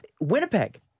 Winnipeg